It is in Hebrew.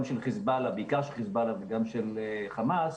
בעיקר של חיזבאללה וגם של חמאס,